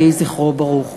יהי זכרו ברוך.